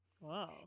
Wow